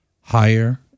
higher